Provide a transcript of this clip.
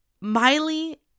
Miley